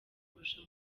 kurusha